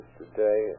today